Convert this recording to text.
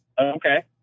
Okay